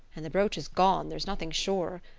and the brooch is gone, there's nothing surer.